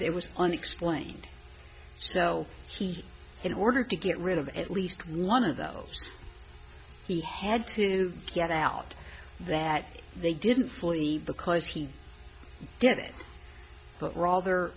it was unexplained so he in order to get rid of at least one of those he had to get out that they didn't flee because he did it but rather